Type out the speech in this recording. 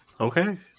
Okay